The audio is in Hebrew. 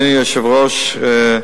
אדוני היושב-ראש,